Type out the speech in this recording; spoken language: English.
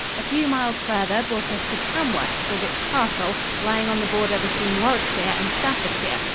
a few miles farther brought us to tamworth with its castle, lying on the border between warwickshire and staffordshire,